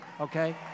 Okay